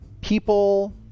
people